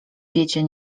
diecie